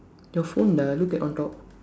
your phone lah look at on top